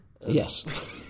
Yes